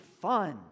fun